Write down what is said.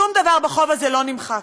שום דבר בחוב הזה לא נמחק.